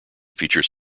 features